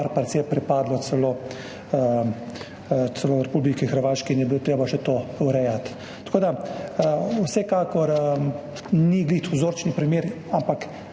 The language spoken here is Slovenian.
nekaj parcel pripadlo celo Republiki Hrvaški in je bilo treba še to urejati. Tako da vsekakor ni ravno vzorčni primer, ampak